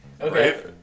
Okay